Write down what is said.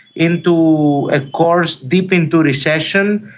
into a course deep into recession,